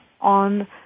on